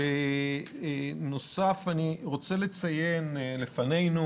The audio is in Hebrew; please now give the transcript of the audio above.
ובנוסף אני רוצה לציין לפנינו